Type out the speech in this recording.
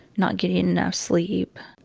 not getting enough sleep.